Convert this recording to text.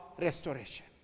restoration